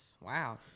Wow